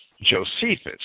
Josephus